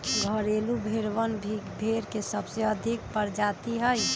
घरेलू भेड़वन भी भेड़ के सबसे अधिक प्रजाति हई